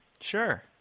Sure